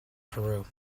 peru